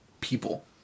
people